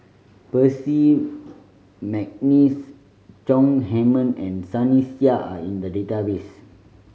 Percy McNeice Chong Heman and Sunny Sia are in the database